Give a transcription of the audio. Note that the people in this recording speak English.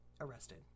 arrested